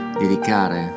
dedicare